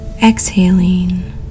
exhaling